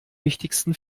wichtigsten